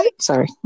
Sorry